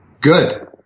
good